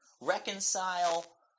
reconcile